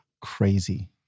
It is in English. Crazy